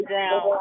down